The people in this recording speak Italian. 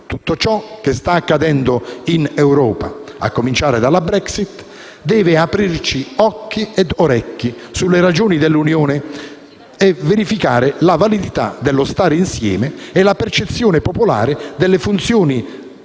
Tutto ciò che sta accadendo in Europa, a cominciare dalla Brexit, deve aprirci occhi ed orecchi sulle ragioni dell'Unione e verificare la validità dello stare insieme e la percezione popolare delle funzioni nelle